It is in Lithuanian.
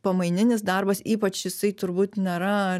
pamaininis darbas ypač jisai turbūt nėra